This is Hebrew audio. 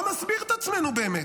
בואו נסביר את עצמנו באמת.